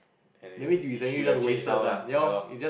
and it should have change now lah yalor